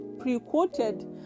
pre-quoted